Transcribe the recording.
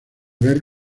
ver